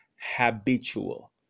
habitual